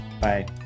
bye